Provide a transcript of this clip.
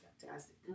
fantastic